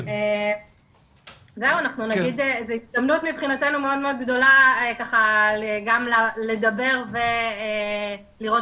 זו הזדמנות גדולה מבחינתנו גם לדבר ולראות